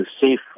safe